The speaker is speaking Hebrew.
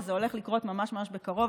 וזה הולך לקרות ממש ממש בקרוב,